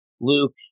Luke